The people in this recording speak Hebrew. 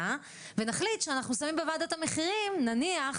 ונחליט שאנחנו שמים בוועדות המחירים נניח